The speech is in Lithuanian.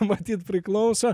matyt priklauso